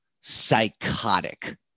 psychotic